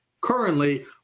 currently